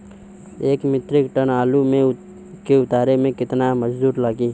एक metric ton आलू के उतारे मे कितना मजदूर लागि?